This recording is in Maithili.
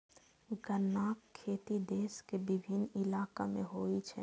गन्नाक खेती देश के विभिन्न इलाका मे होइ छै